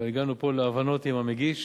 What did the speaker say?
אבל הגענו פה להבנות עם המגיש